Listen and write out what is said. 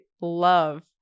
love